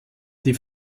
die